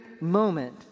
moment